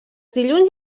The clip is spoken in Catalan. dilluns